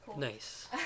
nice